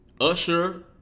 Usher